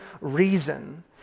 reason